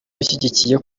ushyigikiye